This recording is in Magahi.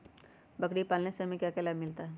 बकरी पालने से हमें क्या लाभ मिलता है?